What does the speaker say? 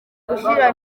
gushyira